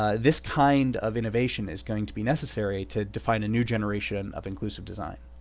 ah this kind of innovation is going to be necessary to define a new generation of inclusive design.